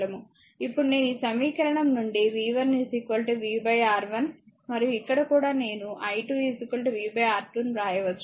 ఇప్పుడు నేను ఈ సమీకరణం నుండి i1 v R1 మరియు ఇక్కడ కూడా నేను i2 v R2 ను వ్రాయవచ్చు